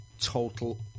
total